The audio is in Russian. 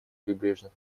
прибрежных